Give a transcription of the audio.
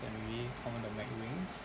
and we talk about mcwings